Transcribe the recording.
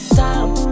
time